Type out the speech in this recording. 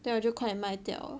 then 我就快点卖掉